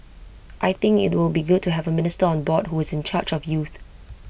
I think IT will be good to have A minister on board who is in charge of youth